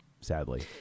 sadly